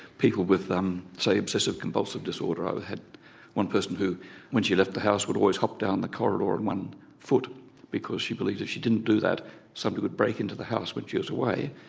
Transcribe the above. people with say obsessive compulsive disorder, i've had one person who when she left the house would always hop down the corridor on one foot because she believed if she didn't do that somebody would break into the house when she was away.